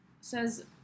says